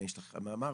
אם יש לך מה לומר,